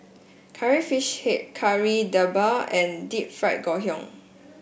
Curry Fish Head Kari Debal and Deep Fried Ngoh Hiang